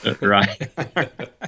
Right